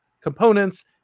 components